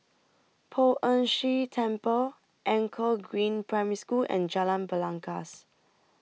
Poh Ern Shih Temple Anchor Green Primary School and Jalan Belangkas